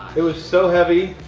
it was so heavy.